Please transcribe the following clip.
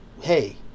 hey